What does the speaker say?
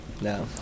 No